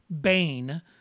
Bane